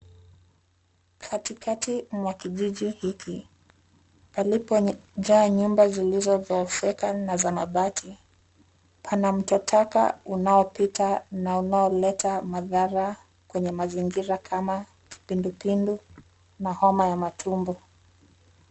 Katikati mwa kijiji hiki palipojaa nyumba zilizodhoofika na za mabati pana mto wa taka unaopita na inayoleta madhara kwenye mazingira kama kipindupindu na homa ya matumbo.